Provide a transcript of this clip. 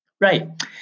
Right